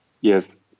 Yes